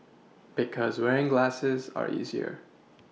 because wearing glasses are easier